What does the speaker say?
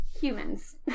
humans